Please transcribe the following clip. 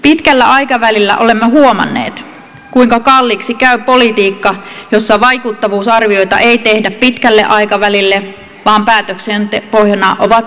pitkällä aikavälillä olemme huomanneet kuinka kalliiksi käy politiikka jossa vaikuttavuusarvioita ei tehdä pitkälle aikavälille vaan päätösten pohjana ovat nopeat säästöt